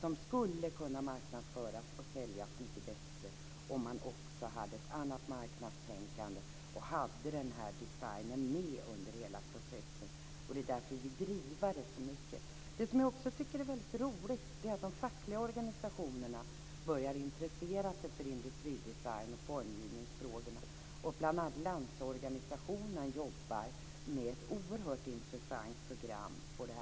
De skulle kunna marknadsföras och säljas mycket bättre om man också hade ett annat marknadstänkande och om man hade med den här designen under hela processen; därav den starka viljan att driva detta. Vad som också är väldigt roligt är att de fackliga organisationerna börjar intressera sig för industridesign och formgivningsfrågorna. Bl.a. Landsorganisationen jobbar med ett oerhört intressant program på området.